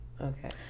Okay